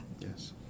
Yes